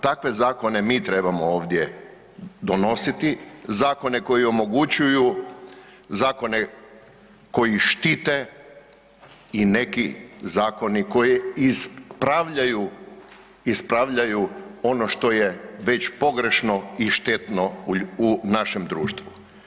Takve zakone mi trebamo ovdje donositi, zakone koji omogućuju, zakone koji štite i neki zakoni koji ispravljaju ono što je već pogrešno i štetno u našem društvu.